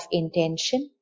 intention